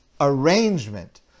arrangement